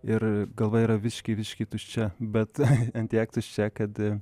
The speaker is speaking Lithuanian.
ir galva yra visiškai visiškai tuščia bet ant tiek tuščia kad